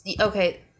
Okay